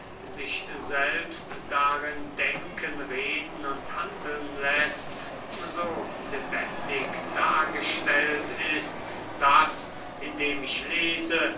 sich selbst darin denken reden und handeln läßt so lebendig dargestellt ist daß indem ich lese